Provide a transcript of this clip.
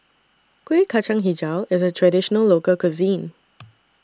Kuih Kacang Hijau IS A Traditional Local Cuisine